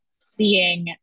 seeing